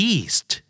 East